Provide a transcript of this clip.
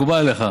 מקובל עליך?